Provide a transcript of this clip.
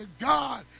God